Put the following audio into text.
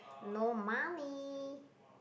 no money